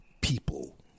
people